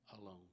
alone